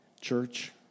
Church